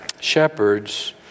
Shepherds